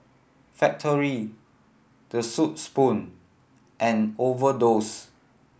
Factorie The Soup Spoon and Overdose